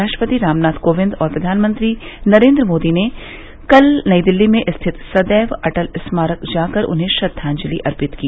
राष्ट्रपति रामनाथ कोविंद और प्रधानमंत्री नरेन्द्र मोदी ने कल नई दिल्ली स्थित सदैव अटल स्मारक जाकर उन्हें श्रद्वाजलि अर्पित की